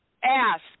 Ask